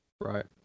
Right